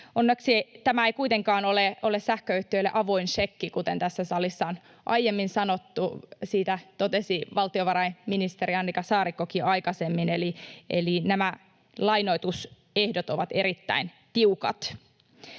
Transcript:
Onneksi tämä ei kuitenkaan ole sähköyhtiöille avoin šekki, kuten tässä salissa on aiemmin sanottu — siitä totesi valtiovarainministeri Annika Saarikkokin jo aikaisemmin —, eli nämä lainoitusehdot ovat erittäin tiukat.